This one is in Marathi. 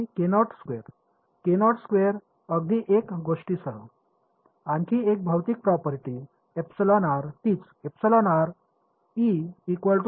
आणखी एका गोष्टीसह आणखी एक भौतिक प्रॉपर्टी तीच